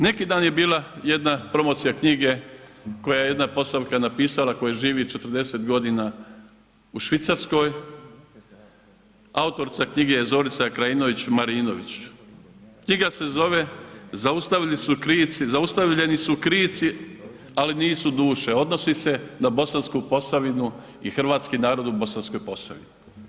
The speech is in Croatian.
Neki dan je bila jedna promocija knjige koju je jedna Posavka napisala koja živi 40.g. u Švicarskoj, autorica knjige je Zorica Krajinović Marinović, knjiga se zove Zaustavili su krici, zaustavljeni su krici, ali nisu duše, odnosi se na Bosansku Posavinu i hrvatski narod u Bosanskoj Posavini.